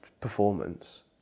performance